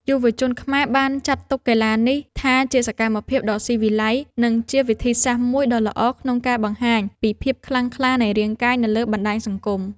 យុវជនខ្មែរបានចាត់ទុកកីឡានេះថាជាសកម្មភាពដ៏ស៊ីវិល័យ និងជាវិធីសាស្ត្រមួយដ៏ល្អក្នុងការបង្ហាញពីភាពខ្លាំងក្លានៃរាងកាយនៅលើបណ្ដាញសង្គម។